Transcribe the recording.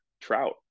trout